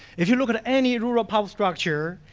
if you look at any rural power structure,